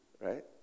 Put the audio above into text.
right